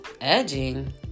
Edging